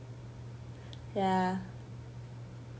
ya